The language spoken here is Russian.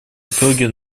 итоги